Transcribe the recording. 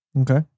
Okay